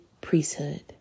priesthood